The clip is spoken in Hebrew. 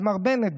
אז מר בנט,